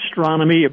astronomy